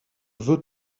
veux